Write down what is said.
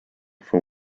for